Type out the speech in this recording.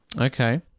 Okay